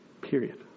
Period